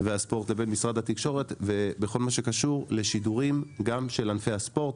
והספורט לבין משרד התקשורת בכל מה שקשור לשידורים גם של ענפי הספורט.